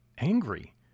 angry